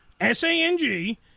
S-A-N-G